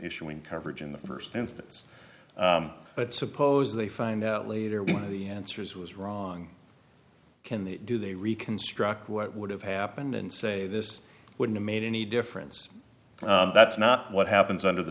issuing coverage in the st instance but suppose they find out later one of the answers was wrong can the do they reconstruct what would have happened and say this wouldn't made any difference that's not what happens under the